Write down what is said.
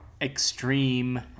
extreme